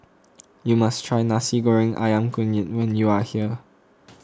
you must try Nasi Goreng Ayam Kunyit when you are here